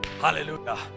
hallelujah